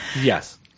Yes